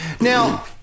Now